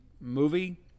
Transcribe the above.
movie